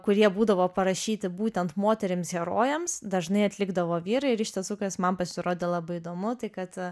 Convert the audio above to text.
kurie būdavo parašyti būtent moterims herojams dažnai atlikdavo vyrai ir iš tiesų kas man pasirodė labai įdomu tai kad